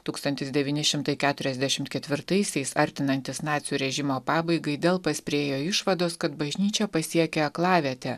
tūkstantis devyni šimtai keturiasdešimt ketvirtaisiais artinantis nacių režimo pabaigai delpas priėjo išvados kad bažnyčia pasiekė aklavietę